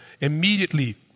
immediately